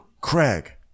Craig